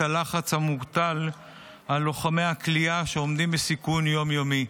הלחץ המוטל על לוחמי הכליאה שעומדים בסיכון יום-יומי.